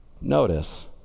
Notice